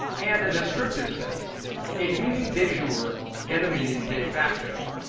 and a descriptive sense a meaning de jure and a meaning de facto.